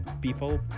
people